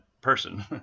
person